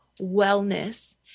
wellness